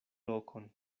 lokon